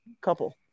couple